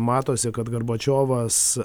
matosi kad garbačiovas